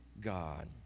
God